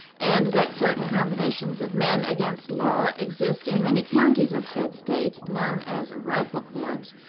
and that certain combinations of men against law exist in many counties of said state known as rifle clubs,